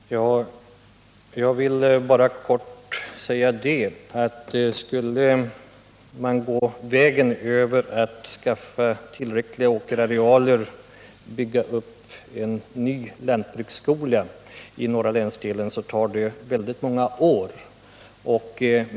Herr talman! Jag vill bara helt kort säga att skulle man gå vägen över att skaffa tillräckliga åkerarealer och bygga upp en ny lantbruksskola i den norra länsdelen måste detta ta många år.